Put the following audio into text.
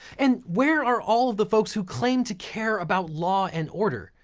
and where are all of the folks who claim to care about law and order?